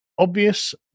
Obvious